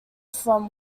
from